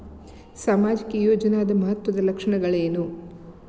ಸಾಮಾಜಿಕ ಯೋಜನಾದ ಮಹತ್ವದ್ದ ಲಕ್ಷಣಗಳೇನು?